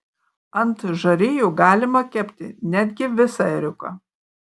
ant žarijų galima kepti netgi visą ėriuką